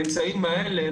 האמצעים האלה,